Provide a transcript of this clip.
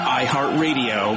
iHeartRadio